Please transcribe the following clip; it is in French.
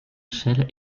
échelle